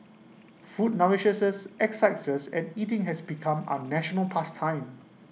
food nourishes us excites us and eating has become our national past time